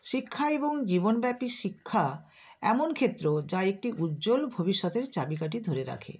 শিক্ষা এবং জীবনব্যাপী শিক্ষা এমন ক্ষেত্র যা একটি উজ্জ্বল ভবিষ্যতের চাবি কাঠি ধরে রাখে